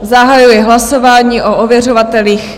Zahajuji hlasování o ověřovatelích.